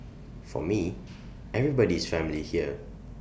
for me everybody is family here